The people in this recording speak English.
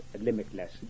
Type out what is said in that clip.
limitless